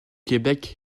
québec